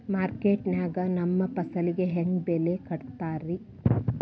ಮಾರುಕಟ್ಟೆ ಗ ನಮ್ಮ ಫಸಲಿಗೆ ಹೆಂಗ್ ಬೆಲೆ ಕಟ್ಟುತ್ತಾರ ರಿ?